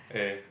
'eh